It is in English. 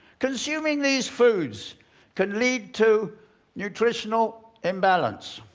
consuming these foods can lead to nutritional imbalance.